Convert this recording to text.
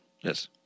Yes